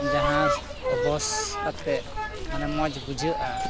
ᱡᱟᱦᱟᱸ ᱚᱵᱚᱥ ᱠᱟᱛᱮ ᱢᱟᱱᱮ ᱢᱚᱡᱽ ᱵᱩᱡᱷᱟᱹᱜᱼᱟ